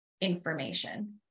information